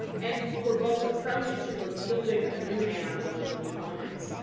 and for both, a prelude to rebuilding a new man along new lines.